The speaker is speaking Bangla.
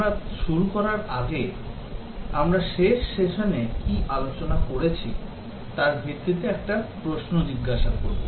আমরা শুরু করার আগে আমরা শেষ সেশনে কী আলোচনা করছি তার ভিত্তিতে একটি প্রশ্ন জিজ্ঞাসা করব